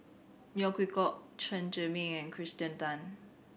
Neo Chwee Kok Chen Zhiming and Kirsten Tan